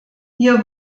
hier